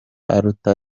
aruta